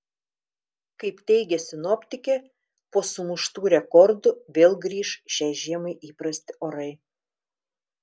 kaip teigia sinoptikė po sumuštų rekordų vėl grįš šiai žiemai įprasti orai